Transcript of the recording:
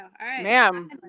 ma'am